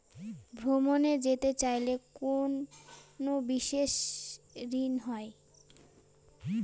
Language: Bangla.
ভ্রমণে যেতে চাইলে কোনো বিশেষ ঋণ হয়?